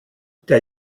der